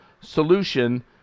solution